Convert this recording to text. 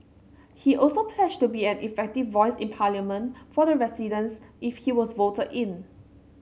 he also pledged to be an effective voice in Parliament for the residents if he was voted in